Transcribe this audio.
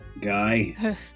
guy